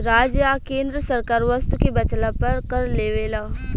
राज्य आ केंद्र सरकार वस्तु के बेचला पर कर लेवेला